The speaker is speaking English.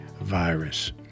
virus